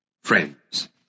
Friends